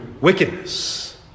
wickedness